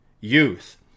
youth